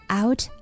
out